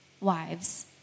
wives